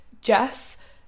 Jess